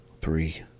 three